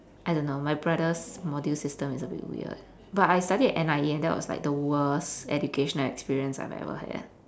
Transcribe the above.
I don't know my brother's module system is a bit weird but I studied at N_I_E and that was like the worst educational experience I have ever had